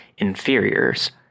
inferiors